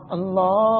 Allah